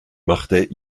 machte